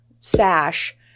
sash